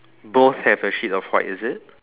both have a sheet of white is it